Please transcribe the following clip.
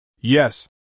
Yes